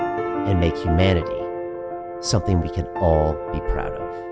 and make humanity something we can all be proud of.